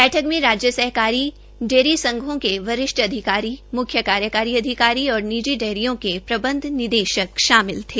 बैठक में राज्य सहकारी डेयरी संघों के संघों के वरिष्ठ अधिकारी मुख्य कार्यकारी और निजी डेयरियों के प्रबंध निदेशक शामिल थे